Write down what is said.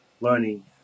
learning